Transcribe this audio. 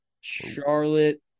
Charlotte